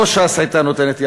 לא ש"ס הייתה נותנת לזה,